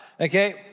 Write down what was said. okay